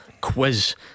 quiz